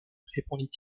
répondit